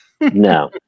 no